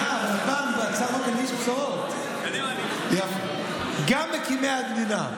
גם מקימי המדינה,